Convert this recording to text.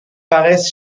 paraissent